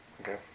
Okay